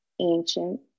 ancient